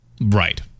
Right